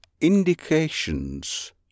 indications